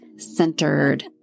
centered